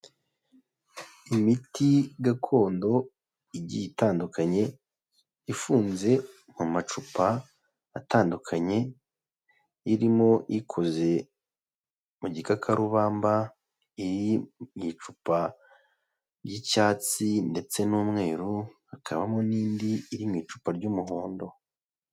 Imiti gakondo igiye itandukanye, ifunze mu macupa atandukanye, irimo ikoze mu gikakarubamba, iri mu icupa ry'icyatsi ndetse n'umweru, hakabamo n'indi iri mu icupa ry'umuhondo.